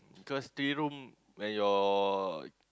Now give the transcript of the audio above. cause three room when your